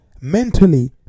Mentally